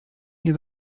nie